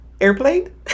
airplane